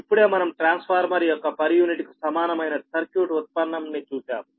ఇప్పుడే మనం ట్రాన్స్ఫార్మర్ యొక్క పర్ యూనిట్ కు సమానమైన సర్క్యూట్ ఉత్పన్నం ని చూశాము